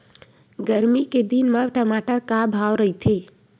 गरमी के दिन म टमाटर का भाव रहिथे?